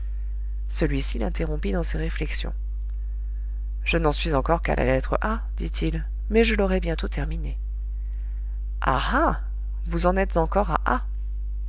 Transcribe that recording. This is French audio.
celui-ci l'interrompit dans ses réflexions je n'en suis encore qu'à la lettre a dit-il mais je l'aurai bientôt terminée ah ah vous en êtes encore à a